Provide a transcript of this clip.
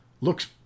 looks